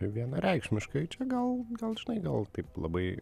vienareikšmiškai čia gal gal žinai gal taip labai